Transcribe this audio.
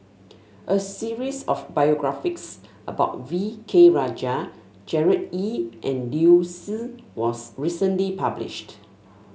a series of biographies about V K Rajah Gerard Ee and Liu Si was recently published